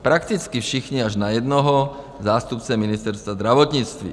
Prakticky všichni, až na jednoho, zástupce Ministerstva zdravotnictví.